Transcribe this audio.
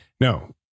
No